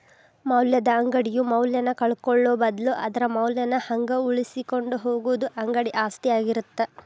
ಮೌಲ್ಯದ ಅಂಗಡಿಯು ಮೌಲ್ಯನ ಕಳ್ಕೊಳ್ಳೋ ಬದ್ಲು ಅದರ ಮೌಲ್ಯನ ಹಂಗ ಉಳಿಸಿಕೊಂಡ ಹೋಗುದ ಅಂಗಡಿ ಆಸ್ತಿ ಆಗಿರತ್ತ